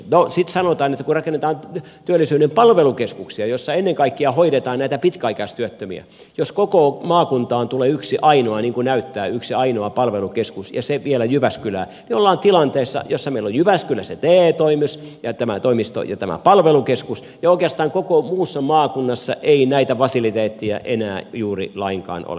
no sitten sanotaan että rakennetaan työllisyyden palvelukeskuksia joissa ennen kaikkea hoidetaan näitä pitkäaikaistyöttömiä ja jos koko maakuntaan tulee yksi ainoa palvelukeskus niin kuin näyttää ja se vielä jyväskylään niin ollaan tilanteessa jossa meillä on jyväskylässä te toimisto ja tämä palvelukeskus ja oikeastaan koko muussa maakunnassa ei näitä fasiliteetteja enää juuri lainkaan ole